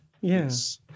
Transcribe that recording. Yes